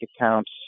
accounts